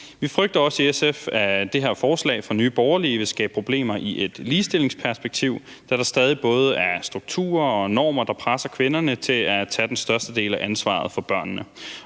Vi frygter også i SF, at det her forslag fra Nye Borgerlige vil skabe problemer i et ligestillingsperspektiv, da der stadig både er strukturer og normer, der presser kvinderne til at tage den største del af ansvaret for børnene.